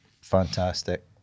fantastic